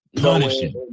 Punishing